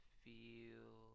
feel